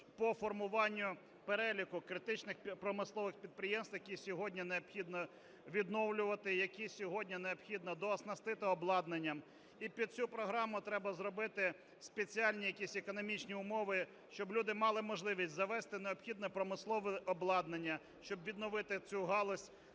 по формуванню переліку критичних промислових підприємств, які сьогодні необхідно відновлювати, які сьогодні необхідно дооснастити обладнанням. І під цю програму треба зробити спеціальні якісь економічні умови, щоб люди мали можливість завезти необхідне промислове обладнання, щоб відновити цю галузь,